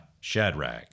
Shadrach